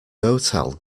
hotel